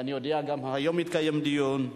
ואני יודע שגם היום התקיים דיון.